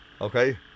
Okay